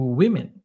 women